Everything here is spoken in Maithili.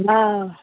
हँ